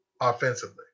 offensively